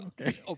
Okay